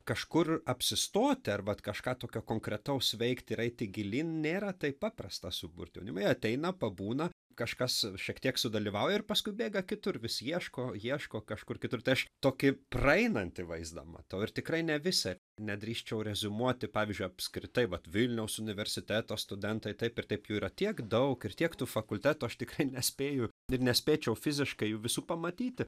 kažkur apsistoti ar vat kažką tokio konkretaus veikti ir eiti gilyn nėra taip paprasta suburti jaunimą jie ateina pabūna kažkas šiek tiek sudalyvauja ir paskui bėga kitur vis ieško ieško kažkur kitur tai aš tokį praeinantį vaizdą matau ir tikrai ne visą nedrįsčiau reziumuoti pavyzdžiui apskritai vat vilniaus universiteto studentai taip ir taip jų yra tiek daug ir tiek tų fakultetų aš tikrai nespėju ir nespėčiau fiziškai jų visų pamatyti